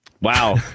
Wow